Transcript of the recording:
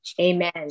Amen